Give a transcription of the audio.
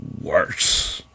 worse